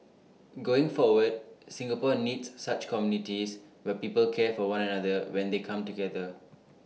going forward Singapore needs such communities where people care for one another when they come together